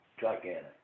gigantic